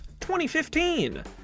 2015